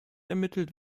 ermittelt